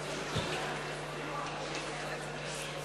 יצחק אהרונוביץ,